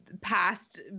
past